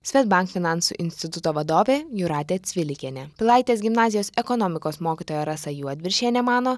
swedbank finansų instituto vadovė jūratė cvilikienė pilaitės gimnazijos ekonomikos mokytoja rasa juodviršienė mano